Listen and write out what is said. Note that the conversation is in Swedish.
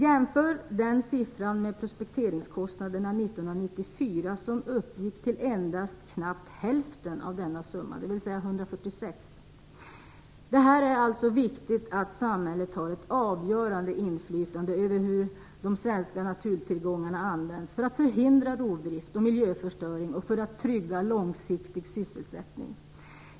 Jämför den siffran med prospekteringskostnaderna 1994, som uppgick till endast knappt hälften av denna summa, dvs. 146 miljoner kronor. Det är alltså viktigt att samhället har ett avgörande inflytande över hur de svenska naturtillgångarna används, för att förhindra rovdrift och miljöförstöring och för att trygga långsiktig sysselsättning.